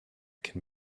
can